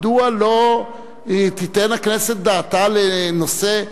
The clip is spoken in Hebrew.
מדוע לא תיתן הכנסת דעתה לנושא,